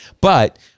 But-